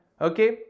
Okay